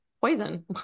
poison